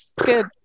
Good